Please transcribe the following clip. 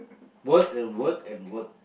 work and work and work